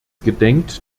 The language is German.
gedenkt